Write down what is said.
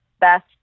best